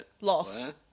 Lost